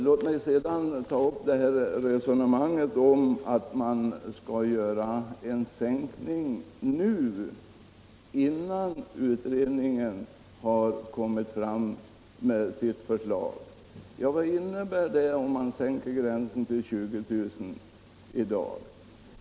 Låt mig sedan ta upp resonemanget om att man skall företa en sänkning av gränsen nu, innan utredningen har kommit fram med sitt förslag. Om man sänker gränsen till 20000 kr.